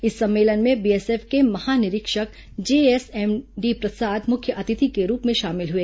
इस सम्मेलन में बीएसएफ के महानिरीक्षक जेएसएनडी प्रसाद मुख्य अतिथि के रूप में शामिल हुए